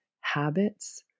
habits